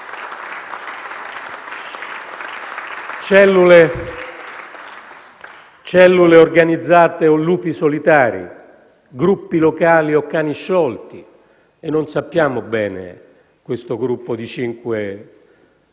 Cellule organizzate o lupi solitari, gruppi locali o cani sciolti: non sappiamo bene questo gruppo dei cinque